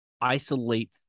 isolate